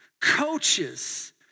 coaches